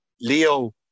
Leo